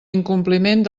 incompliment